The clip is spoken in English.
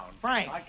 Frank